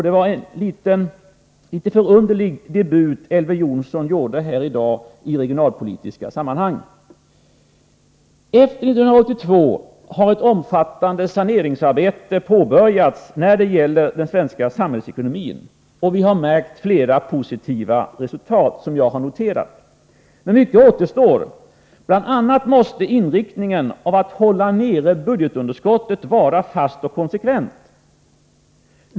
Det var en litet egendomlig debut Elver Jonsson gjorde här i dag i regionalpolitiska sammanhang. Efter 1982 har ett omfattande saneringsarbete påbörjats när det gäller den svenska samhällsekonomin. Vi har märkt flera positiva resultat, som jag har noterat, men mycket återstår. Bl. a. måste inriktningen på att hålla nere budgetunderskottet vara fast och konsekvent.